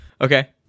Okay